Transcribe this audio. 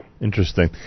Interesting